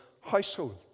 household